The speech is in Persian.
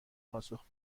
پاسخ